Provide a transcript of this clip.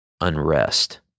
unrest